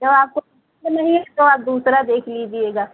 जब आपको नहीं है तो आप दूसरा देख लीजिएगा